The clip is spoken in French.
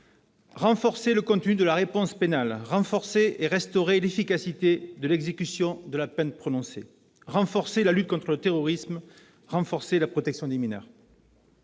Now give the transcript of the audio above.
renforcer le contenu de la réponse pénale ; restaurer l'efficacité de l'exécution de la peine prononcée ; renforcer la lutte contre le terrorisme ; renforcer la protection des mineurs.